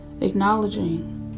acknowledging